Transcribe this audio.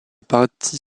partie